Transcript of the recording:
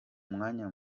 umwanya